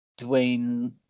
Dwayne